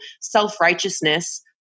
self-righteousness